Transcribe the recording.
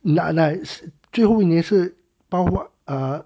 那那是最后一年是包括 err